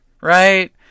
right